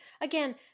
Again